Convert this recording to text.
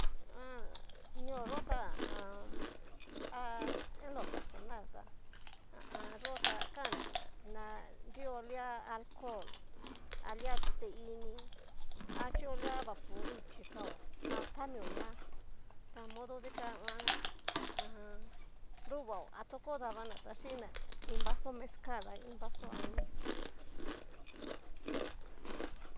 Ha. ñoo yó ta ha a an. en lo personal tá ha a an. yo ta kana na- na nrio lia alcohol alia tute ini, ha chio lia vapuru chikao, a tamioña ta modo dikan nguan ha a an. nruvao a toko dabana ta xhína iin vaso mezcal a iin vaso anis.